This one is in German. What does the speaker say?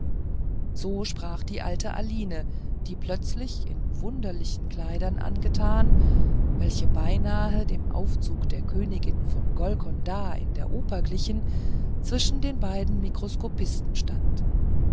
so sprach die alte aline die plötzlich in wunderlichen kleidern angetan welche beinahe dem anzuge der königin von golkonda in der oper glichen zwischen beiden mikroskopisten stand